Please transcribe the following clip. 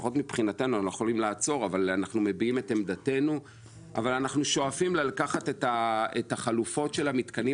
לפחות מבחינתנו אבל אנחנו שואפים לקחת את החלופות של המתקנים